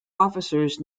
officers